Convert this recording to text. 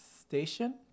Station